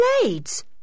blades